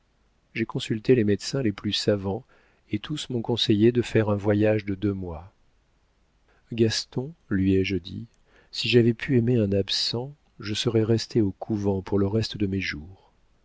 j'ai consulté les médecins les plus savants et tous m'ont conseillé de faire un voyage de deux mois gaston lui ai-je dit si j'avais pu aimer un absent je serais restée au couvent pour le reste de mes jours